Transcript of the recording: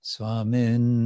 Swamin